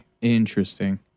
Interesting